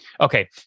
Okay